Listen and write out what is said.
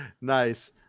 Nice